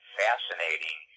fascinating